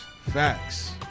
Facts